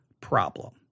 problem